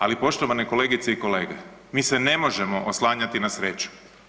Ali poštovane kolegice i kolege, mi se ne možemo oslanjati na sreću.